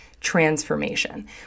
transformation